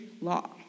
law